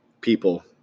people